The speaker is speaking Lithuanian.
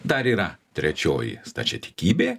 dar yra trečioji stačiatikybė